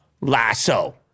Lasso